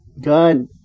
God